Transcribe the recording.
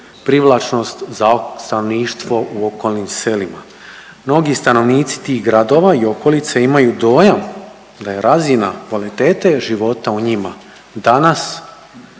privlačnost za stanovništvo u okolnim selima. Mnogi stanovnici tih gradova i okolice imaju dojam da je razina kvalitete života u njima danas